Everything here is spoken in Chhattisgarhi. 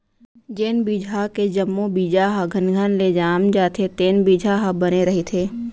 जेन बिजहा के जम्मो बीजा ह घनघन ले जाम जाथे तेन बिजहा ह बने रहिथे